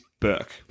Burke